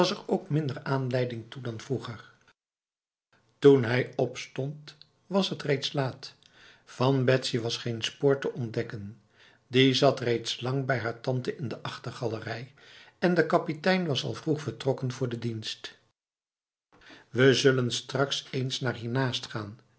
ook minder aanleiding toe dan vroegei toen hij opstond was het reeds laat van betsy was geen spoor te ontdekken die zat reeds lang bij haar tante in de achtergalerij en de kapitein was al vroeg vertrokken voor de dienst we zullen straks eens naar hiernaast gaan